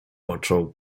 począł